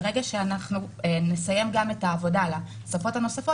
ברגע שנסיים את העבודה על השפות הנוספות